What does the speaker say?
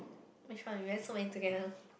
which one we went so many together